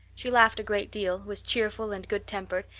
she laughed a great deal, was cheerful and good-tempered,